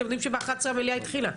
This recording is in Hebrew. אתם יודעים שב-11 המליאה התחילה.